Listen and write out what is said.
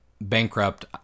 bankrupt